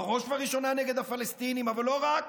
בראש ובראשונה נגד הפלסטינים אבל לא רק.